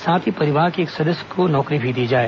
साथ ही परिवार के एक सदस्य को नौकरी भी दी जाए